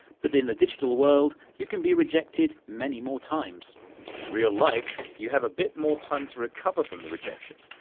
but in the digital world you can be rejected many more times. dan in real life you have a bit more time to recover from the rejection,